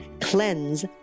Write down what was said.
CLEANSE